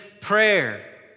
prayer